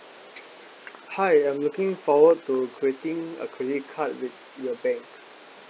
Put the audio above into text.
hi I'm looking forward to creating a credit card with your bank